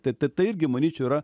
tai ta tai irgi manyčiau yra